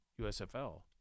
USFL